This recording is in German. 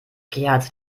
gerd